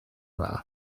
dda